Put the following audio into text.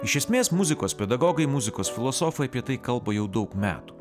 iš esmės muzikos pedagogai muzikos filosofai apie tai kalba jau daug metų